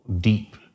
deep